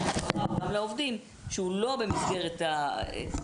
--- וגם לעובדים שהוא לא במסגרת וכולי,